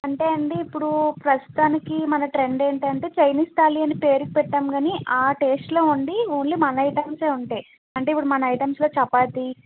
అంటే అండి ఇపుడు ప్రస్తుతనినికి మన ట్రెండ్ ఏంటంటే చైనీస్ తాళి అని పేరుకి పెట్టంగాని ఆ టెస్ట్లో ఉండి ఓన్లీ మన ఐటమ్సే ఉంటాయి అంటే ఇప్పుడు మన ఐటమ్స్లో చపాతి